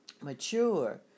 Mature